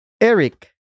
Eric